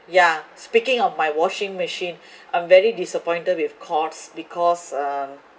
yeah speaking of my washing machine I'm very disappointed with courts because um